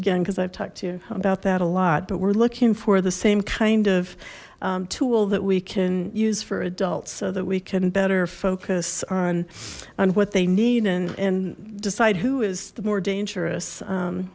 again because i've talked to you about that a lot but we're looking for the same kind of tool that we can use for adults so that we can better focus on on what they need and and decide who is the more dangerous